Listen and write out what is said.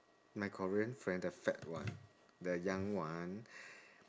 my korean friend the fat one the young one